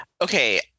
Okay